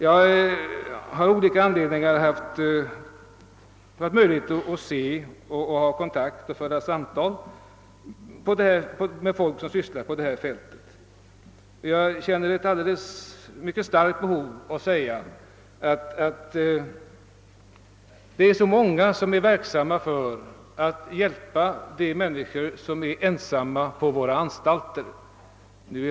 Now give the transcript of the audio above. Jag har av olika anledningar haft möjlighet att samtala med folk som arbetar på detta fält, och jag känner ett mycket starkt behov av att säga att det är många, som är verksamma för att hjälpa de människor vilka är ensamma på våra anstalter.